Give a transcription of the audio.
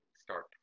start